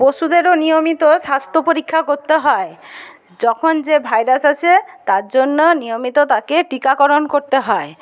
পশুদেরও নিয়মিত স্বাস্থ্য পরীক্ষা করতে হয় যখন যে ভাইরাস আসে তার জন্য নিয়মিত তাকে টিকাকরণ করতে হয়